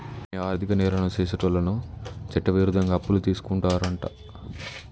అవునే ఆర్థిక నేరాలను సెసేటోళ్ళను చట్టవిరుద్ధంగా అప్పులు తీసుకుంటారంట